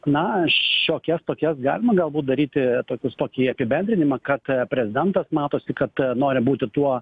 na šiokias tokias galima galbūt daryti tokius tokį apibendrinimą kad prezidentas matosi kad nori būti tuo